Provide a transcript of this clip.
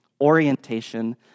orientation